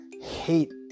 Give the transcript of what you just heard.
hate